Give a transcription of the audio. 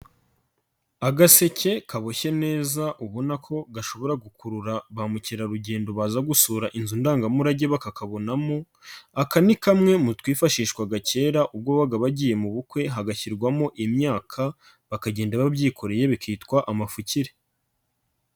Agaseke kaboshye neza ubona ko gashobora gukurura ba mukerarugendo baza gusura inzu ndangamurage bakakabonamo, aka ni kamwe twifashishwaga kera, ubwo wabaga bagiye mu bukwe, hagashyirwamo imyaka, bakagenda babyikoreye bikitwa amafukire.